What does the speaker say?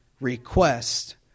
request